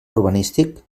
urbanístic